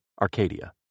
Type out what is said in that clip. Arcadia